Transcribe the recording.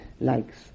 likes